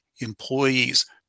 employees